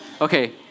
Okay